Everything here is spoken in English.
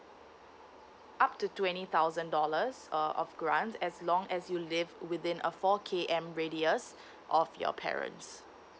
up to twenty thousand dollars uh of grant as long as you live within a four K_M radius of your parents